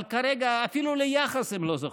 אבל כרגע אפילו ליחס הם לא זוכים.